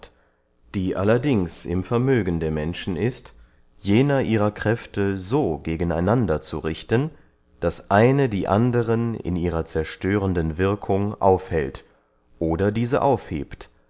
die allerdings im vermögen der menschen ist jener ihre kräfte so gegen einander zu richten daß eine die anderen in ihrer zerstöhrenden wirkung aufhält oder diese aufhebt